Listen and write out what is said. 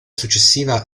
successiva